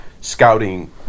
scouting